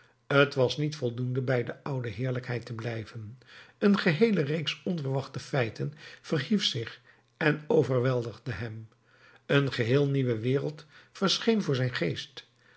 t was niet voldoende bij de oude heerlijkheid te blijven een geheele reeks onverwachte feiten verhief zich en overweldigde hem een geheel nieuwe wereld verscheen voor zijn geest